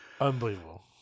Unbelievable